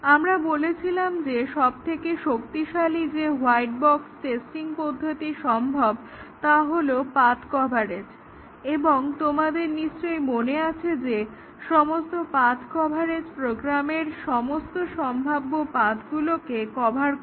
আমরা বলেছিলাম যে সবথেকে শক্তিশালী যে হোয়াইট বক্স টেস্টিং পদ্ধতি সম্ভব তা হলো পাথ্ কভারেজ এবং তোমাদের নিশ্চই মনে আছে যে সমস্ত পাথ্ কভারেজ প্রোগ্রামের সমস্ত সম্ভাব্য পাথ্গুলোকে কভার করে